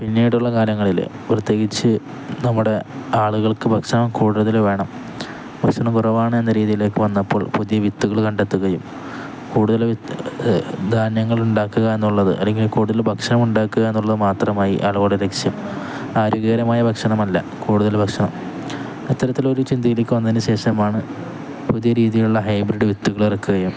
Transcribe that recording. പിന്നീടുള്ള കാലങ്ങളില് പ്രത്യേകിച്ച് നമ്മുടെ ആളുകൾക്കു ഭക്ഷണം കൂടുതല് വേണം ഭക്ഷണം കുറവാണ് എന്ന രീതിയിലേക്കു വന്നപ്പോൾ പുതിയ വിത്തുകള് കണ്ടെത്തുകയും കൂടുതൽ ധാന്യങ്ങൾ ഉണ്ടാക്കുക എന്നുള്ളത് അല്ലെങ്കിൽ കൂടുതൽ ഭക്ഷണം ഉണ്ടാക്കുക എന്നുള്ളതു മാത്രമായി ആളുകളുടെ ലക്ഷ്യം ആരോഗ്യകരമായ ഭക്ഷണമല്ല കൂടുതൽ ഭക്ഷണം അത്തരത്തിലൊരു ചിന്തയിലേക്കു വന്നതിനുശേഷമാണു പുതിയ രീതിയിലുള്ള ഹൈബ്രിഡ് വിത്തുകൾ ഇറക്കുകയും